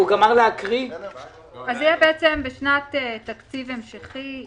אז זה יהיה: בשנת תקציב המשכי,